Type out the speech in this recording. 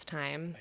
time